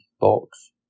box